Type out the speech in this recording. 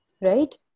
Right